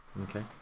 Okay